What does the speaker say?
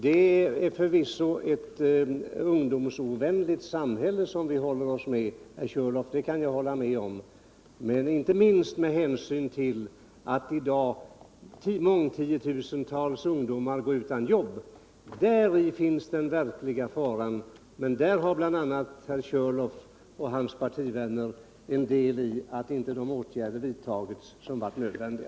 Det är förvisso ett ungdomsovänligt samhälle som vi håller oss med — det kan jag hålla med om =— inte minst med hänsyn till att tiotusentals ungdomar i dag går utan jobb. Däri ligger den verkliga faran, men i det sammanhanget är bl.a. herr Körlof och hans partivänner delaktiga i att inte de åtgärder har vidtagits som har varit nödvändiga.